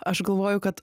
aš galvoju kad